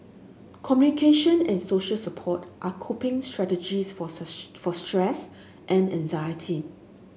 communication and social support are coping strategies for for stress and anxiety